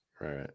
Right